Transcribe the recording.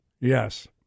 Yes